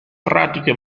pratiche